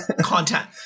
content